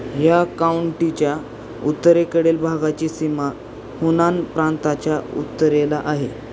ह्या काउंटीच्या उतरेकडील भागाची सीमा हुनान प्रांताच्या उत्तरेला आहे